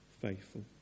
faithful